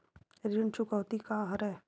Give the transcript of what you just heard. ऋण चुकौती का हरय?